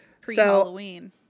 Pre-Halloween